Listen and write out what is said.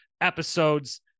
episodes